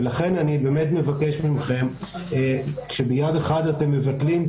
ולכן אני מבקש מכם כשביד אחת אתם מבטלים,